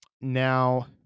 Now